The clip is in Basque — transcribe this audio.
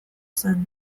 zen